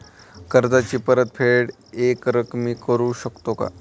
कर्जाची परतफेड एकरकमी करू शकतो का?